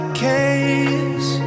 case